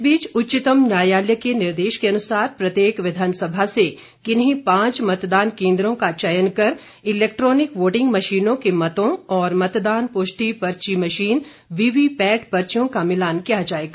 इस बीच उच्चतम न्यायालय के निर्देश के अनुसार प्रत्येक विधानसभा से किन्ही पांच मतदान केन्द्रों का चयन कर इलेक्ट्रानिक वोटिंग मशीन के मतों और मतदान पुष्टि पर्ची मशीन वीवीपैट पर्चियों का मिलान किया जाएगा